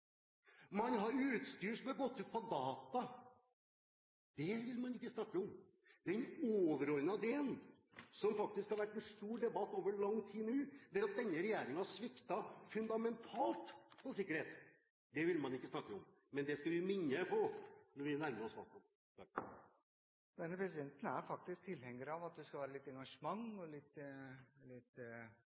Man har utstyr som har gått ut på «data» – det vil man ikke snakke om. Den overordnede delen som det faktisk har vært en stor debatt om over lang tid nå, er at denne regjeringen har sviktet fundamentalt på sikkerhet – det vil man ikke snakke om. Men det skal vi minne dem på, når vi nærmer oss valgkampen. Presidenten er tilhenger av at det skal være litt engasjement og litt